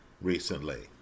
recently